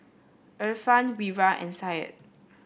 Irfan Wira and Syed